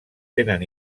tenen